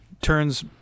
turns